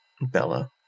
Bella